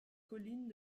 collines